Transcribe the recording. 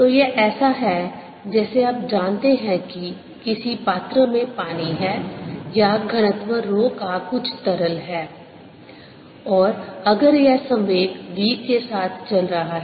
तो यह ऐसा है जैसे आप जानते हैं कि किसी पात्र में पानी है या घनत्व रो का कुछ तरल है और अगर यह संवेग v के साथ चल रहा है